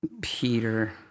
Peter